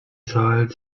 soll